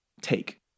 take